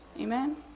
Amen